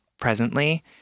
presently